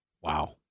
Wow